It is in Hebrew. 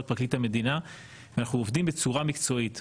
פרקליט המדינה ואנחנו עובדים בצורה מקצועית.